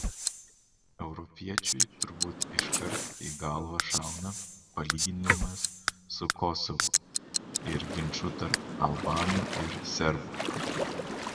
europiečiui turbūt iškart į galvą šauna palyginimas su kosovu ir ginču tarp albanų ir serbų